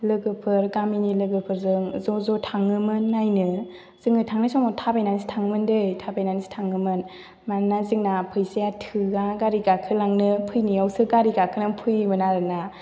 लोगोफोर गामिनि लोगोफोरजों ज' ज' थाङोमोन नायनो जोङो थांनाय समाव थाबायनानैसो थाङो मोनदै थाबायनानैसो थाङोमोन मानोना जोंना फैसाया थोआ गारि गाखोलांनो फैनायावसो गारि गाखोनानै फैयोमोन आरोना